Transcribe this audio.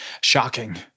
shocking